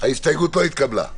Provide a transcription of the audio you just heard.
הצבעה ההסתייגות לא התקבלה.